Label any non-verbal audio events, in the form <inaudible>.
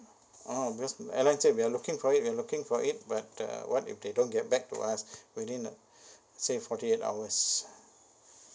oh because airline said they're looking for it they're looking for it but uh what if they don't get back to us <breath> within the <breath> say forty eight hours